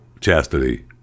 chastity